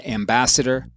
ambassador